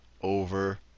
over